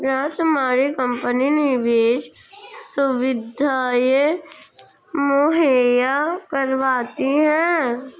क्या तुम्हारी कंपनी निवेश सुविधायें मुहैया करवाती है?